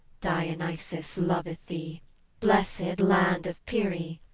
dionysus loveth thee blessed land of pierie,